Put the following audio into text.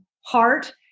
heart